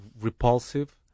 repulsive